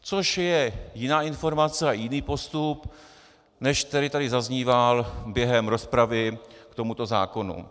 Což je jiná informace a jiný postup, než který tady zazníval během rozpravy k tomuto zákonu.